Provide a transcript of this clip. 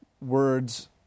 words